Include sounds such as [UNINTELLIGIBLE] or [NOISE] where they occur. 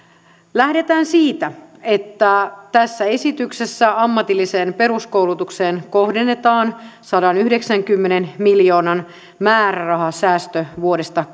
lähdetään siitä että tässä esityksessä ammatilliseen peruskoulutukseen kohdennetaan sadanyhdeksänkymmenen miljoonan määrärahasäästö vuodesta [UNINTELLIGIBLE]